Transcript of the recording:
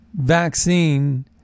vaccine